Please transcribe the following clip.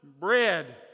bread